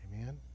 Amen